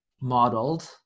modeled